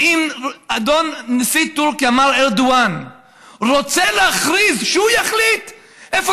ואם נשיא טורקיה מר ארדואן רוצה להכריז שהוא יחליט איפה